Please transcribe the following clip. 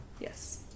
Yes